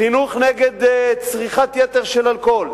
חינוך נגד צריכת יתר של אלכוהול.